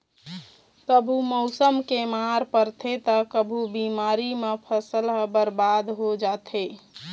कभू मउसम के मार परथे त कभू बेमारी म फसल ह बरबाद हो जाथे